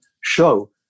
show